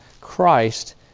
Christ